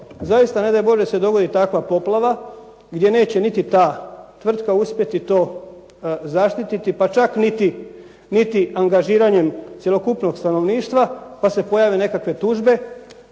zaista ne daj Bože se dogodi takva poplava, gdje neće niti ta tvrtka uspjeti to zaštiti pa čak niti angažiranjem cjelokupnog stanovništva, pa se pojave nekakve tužbe